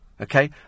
Okay